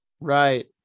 Right